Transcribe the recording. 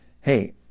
hey